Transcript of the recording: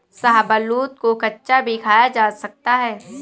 शाहबलूत को कच्चा भी खाया जा सकता है